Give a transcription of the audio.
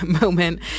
moment